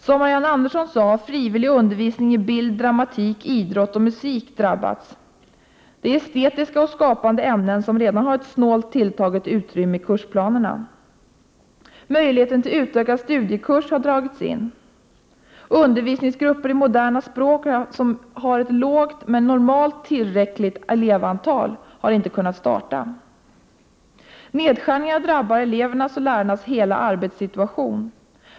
Som Marianne Andersson sade har frivillig undervisning i bild, dramatik, idrott och musik drabbats. Det är estetiska och skapande ämnen, som redan har ett snålt tilltaget utrymme i kursplanerna. Möjligheten till utökad studiekurs har dragits in. Undervisningsgrupper i moderna språk som haft ett lågt, men i vanliga fall tillräckligt, elevantal har inte kunnat starta. Nedskärningen drabbar elevernas och lärarnas hela arbetssituation.